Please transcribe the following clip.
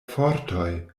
fortoj